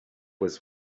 was